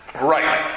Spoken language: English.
Right